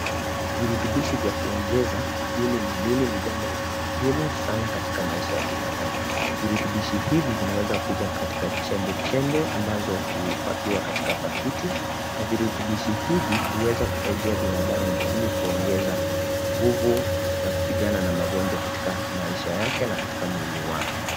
Virutubishi vya kuongeza madini mwilini ni jambo la muhimu sana katika maisha ya binadamu, virutubishi hivi vinaweza kuja katika chembechembe ambazo hupakiwa katika pakiti na virutubishi hivi huweza kusaidia binadamu ili kuongeza nguvu za kupigana na magonjwa katika maisha yake na katika mwili wake.